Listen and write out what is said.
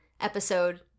episode